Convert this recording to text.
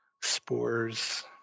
spores